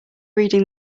reading